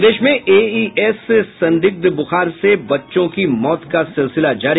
प्रदेश में एईएस यानि संदिग्ध ब्रखार से बच्चों की मौत का सिलसिला जारी